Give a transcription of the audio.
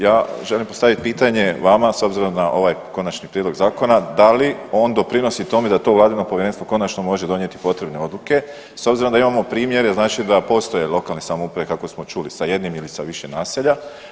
Ja želim postavit pitanje vama s obzirom na ovaj konačni prijedlog zakona da li on doprinosi tome da to vladino povjerenstvo konačno može donijeti potrebne odluke s obzirom da imamo primjere znači da postoje lokalne samouprave kako smo čuli sa jednim ili sa više naselja.